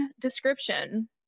description